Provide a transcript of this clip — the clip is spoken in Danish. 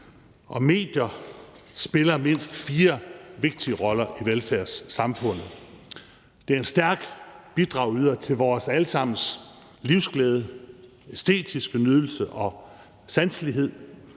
og medier spiller mindst fire vigtige roller i velfærdssamfundet. Det er en stærk bidragyder til vores alle sammens livsglæde, æstetiske nydelse og sanselighed;